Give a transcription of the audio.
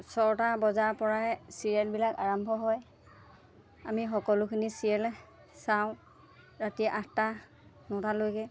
ছটা বজাৰপৰাই চিৰিয়েলবিলাক আৰম্ভ হয় আমি সকলোখিনি চিৰিয়েলে চাওঁ ৰাতি আঠটা নটালৈকে